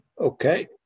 Okay